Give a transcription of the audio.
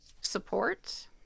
support